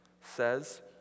says